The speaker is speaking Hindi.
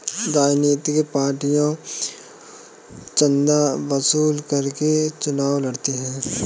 राजनीतिक पार्टियां चंदा वसूल करके चुनाव लड़ती हैं